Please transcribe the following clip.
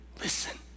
Listen